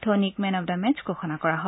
ধোনীক man of the match ঘোষণা কৰা হয়